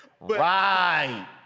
Right